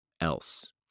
else